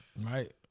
Right